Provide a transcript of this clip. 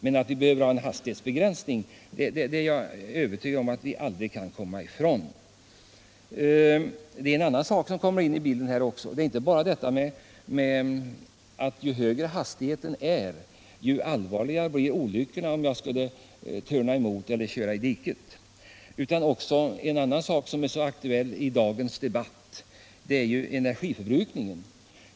Men att vi behöver ha en hastighetsbegränsning är jag övertygad om; det kan vi aldrig komma ifrån. Ju högre hastigheten är, desto allvarligare blir olyckan, om man skulle törna emot något eller köra i diket. En annan sak, som är aktuell i dagens läge, är energiförbrukningen.